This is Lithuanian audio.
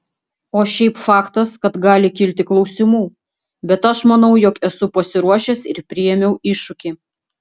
o šiaip faktas kad gali kilti klausimų bet aš manau jog esu pasiruošęs ir priėmiau iššūkį